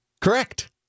Correct